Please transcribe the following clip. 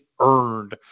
earned